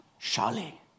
Charlie